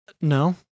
No